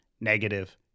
negative